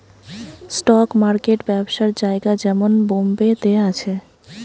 stock market ব্যবসার জায়গা যেমন বোম্বে তে আছে